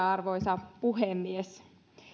arvoisa puhemies